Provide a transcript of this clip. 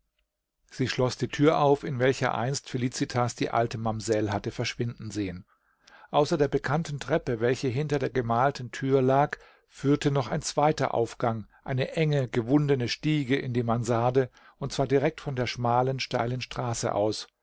sie schloß die thür auf in welcher einst felicitas die alte mamsell hatte verschwinden sehen außer der bekannten treppe welche hinter der gemalten thür lag führte noch ein zweiter aufgang eine enge gewundene stiege in die mansarde und zwar direkt von der schmalen steilen straße aus